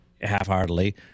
half-heartedly